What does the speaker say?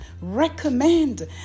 recommend